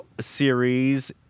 series